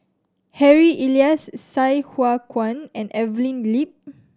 Harry Elias Sai Hua Kuan and Evelyn Lip